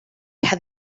had